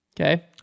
Okay